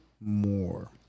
more